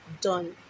done